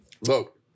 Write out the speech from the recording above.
Look